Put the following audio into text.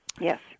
Yes